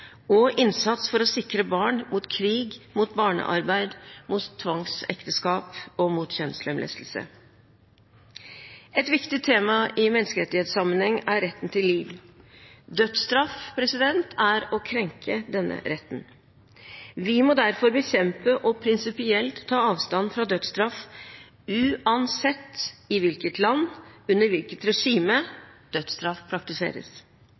og innsats for å sikre barn mot krig, mot barnearbeid, mot tvangsekteskap og mot kjønnslemlestelse. Et viktig tema i menneskerettighetssammenheng er retten til liv. Dødsstraff er å krenke denne retten. Vi må derfor bekjempe og prinsipielt ta avstand fra dødsstraff uansett i hvilket land og under hvilket regime dødsstraff, praktiseres.